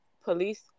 police